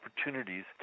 opportunities